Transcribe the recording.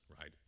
right